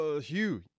Hugh